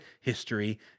history